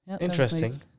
Interesting